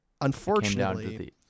unfortunately